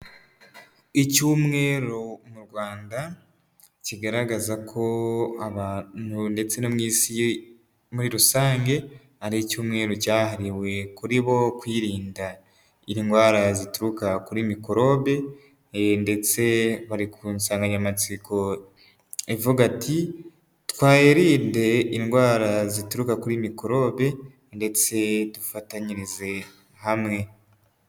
Icyumweru mu Rwanda kigaragaza ko abantu ndetse no mu isi muri rusange, ari icyumweru cyahariwe kuri bo, kwirinda indwara zituruka kuri mikorobe, ndetse bari ku nsanganyamatsiko ivuga ati twirinde indwara zituruka kuri mikorobe, ndetse dufatanyirize hamwe.